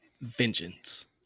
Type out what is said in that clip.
Vengeance